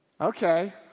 okay